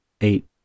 eight